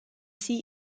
sie